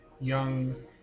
young